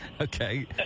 Okay